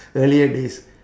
earlier days